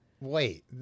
Wait